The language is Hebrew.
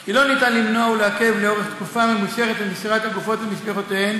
כי לא ניתן למנוע ולעכב תקופה ממושכת את מסירת הגופות למשפחותיהן